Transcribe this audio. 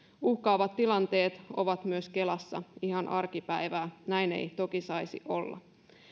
uhkaavat tilanteet ovat myös kelassa ihan arkipäivää ja näin ei toki saisi olla